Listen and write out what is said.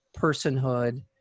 personhood